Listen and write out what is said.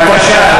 בבקשה,